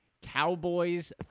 Cowboys